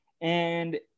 And-